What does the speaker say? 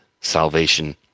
Salvation